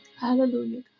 Hallelujah